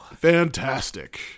Fantastic